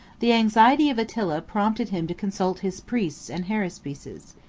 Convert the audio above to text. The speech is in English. the anxiety of attila prompted him to consult his priests and haruspices.